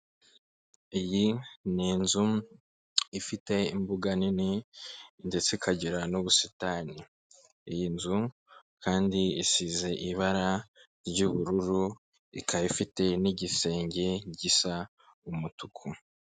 Iyi ni inzu ifite imbuga nini ndetse ikagira n'ubusitani, iyi nzu kandi isize ibara ry'ubururu, ikaba ifite n'igisenge gisa umutuku.